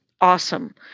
awesome